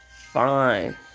fine